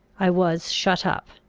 i was shut up,